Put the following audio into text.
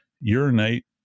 urinate